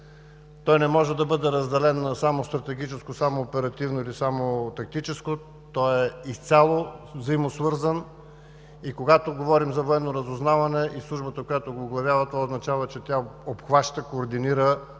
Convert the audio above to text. и не може да бъде разделен само на стратегическо, само на оперативно или само на тактическо, той е изцяло взаимосвързан. И когато говорим за военно разузнаване и Службата, която го оглавява, това означава, че тя обхваща, координира